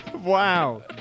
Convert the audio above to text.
Wow